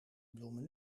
bloemen